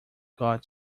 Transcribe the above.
got